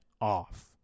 off